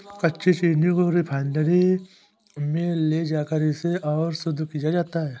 कच्ची चीनी को रिफाइनरी में ले जाकर इसे और शुद्ध किया जाता है